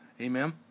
Amen